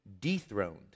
dethroned